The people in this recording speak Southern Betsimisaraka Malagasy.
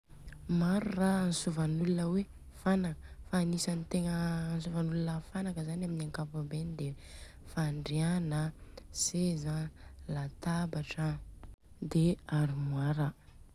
Maro ra antsovan'olona hoe fanaka fa agnisany tegna antsovan olona fanaka zany amin'ny ankapobeny de fandriana an, seza an, latabatra an, de armoire a.